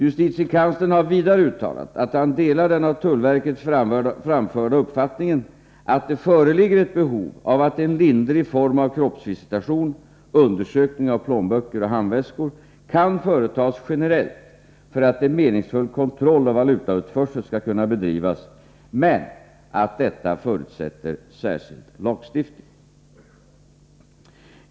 Justitiekanslern har vidare uttalat att han delar den av tullverket framförda uppfattningen att det föreligger ett behov av att en lindrig form av kroppsvisitation — undersökning av plånböcker och handväskor — kan företas generellt för att en meningsfull kontroll av valutautförsel skall kunna bedrivas men att detta förutsätter särskild lagstiftning.